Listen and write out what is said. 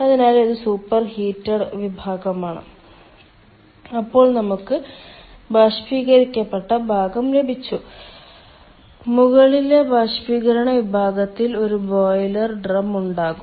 അതിനാൽ ഇത് സൂപ്പർഹീറ്റഡ് വിഭാഗമാണ് അപ്പോൾ നമുക്ക് ബാഷ്പീകരിക്കപ്പെട്ട ഭാഗം ലഭിച്ചു മുകളിലെ ബാഷ്പീകരണ വിഭാഗത്തിൽ ഒരു ബോയിലർ ഡ്രം ഉണ്ടാകും